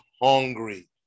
hungry